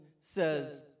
says